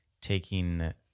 taking